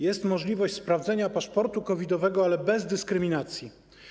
Jest możliwość sprawdzenia paszportu COVID-owego, ale bez dyskryminacji.